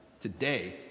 today